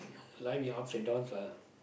life you have ups and downs lah